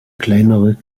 kleinere